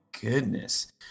goodness